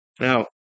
Now